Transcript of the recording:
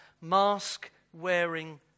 mask-wearing